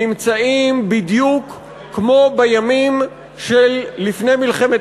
נמצאים בדיוק כמו בימים של לפני מלחמת